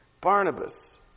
Barnabas